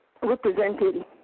represented